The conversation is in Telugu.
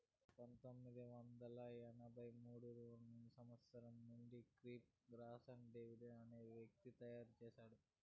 పంతొమ్మిది వందల ఎనభై మూడో సంవచ్చరం నుండి క్రిప్టో గాఫర్ డేవిడ్ అనే వ్యక్తి తయారు చేసాడు